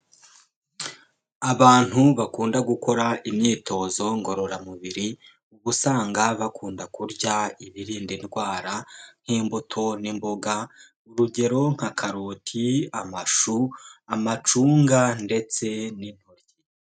Abantu bakunda gukora imyitozo ngororamubiri, usanga bakunda kurya ibirinda indwara nk'imbuto n'imboga, urugero nka karoti, amashu, amacunga ndetse n'intoryi.